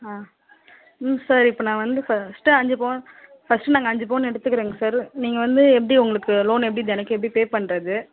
ஆ ம் சார் இப்போ நான் வந்து ஃபஸ்ட்டு அஞ்சு பவுன் ஃபஸ்ட்டு நாங்கள் அஞ்சு பவுன் எடுத்துக்கிறேங் சாரு நீங்கள் வந்து எப்படி உங்களுக்கு லோன் எப்படி தெனக்கும் எப்படி பே பண்ணுறது